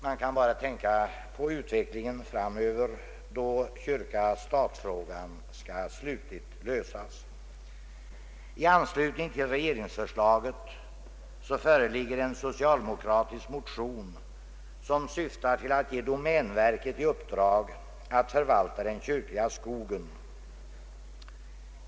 Man kan bara tänka på utvecklingen framöver, då kyrka—stat-frågan slutgiltigt skall lösas. I anslutning till regeringsförslaget föreligger en socialdemokratisk motion, som syftar till att ge domänverket i uppdrag att förvalta den kyrkliga skogen.